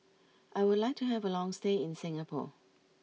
I would like to have a long stay in Singapore